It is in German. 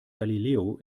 galileo